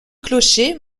clocher